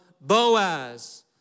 Boaz